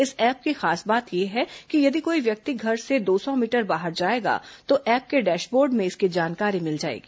इस ऐप की खास बात यह है कि यदि कोई व्यक्ति घर से दो सौ मीटर बाहर जाएगा तो ऐप के डैशबोर्ड में इसकी जानकारी मिल जाएगी